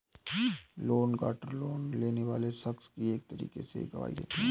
loan guarantor, loan लेने वाले शख्स की एक तरीके से गवाही देते हैं